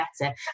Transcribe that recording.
better